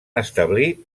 establir